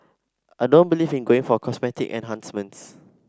I don't believe in going for cosmetic enhancements